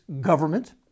government